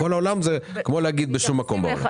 בכל העולם, זה כמו להגיד בשום מקום בעולם.